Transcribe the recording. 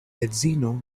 edzino